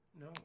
No